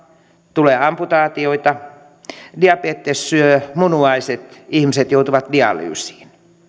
tulee amputaatioita diabetes syö munuaiset ihmiset joutuvat dialyysiin